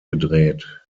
gedreht